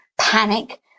panic